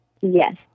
Yes